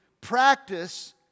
practice